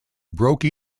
broke